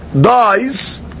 dies